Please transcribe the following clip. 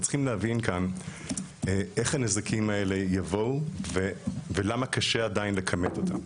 אבל צריכים להבין כאן איך הנזקים האלה יבואו ולמה קשה עדיין לכמת אותם.